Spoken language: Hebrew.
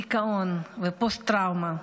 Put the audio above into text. דיכאון ופוסט-טראומה.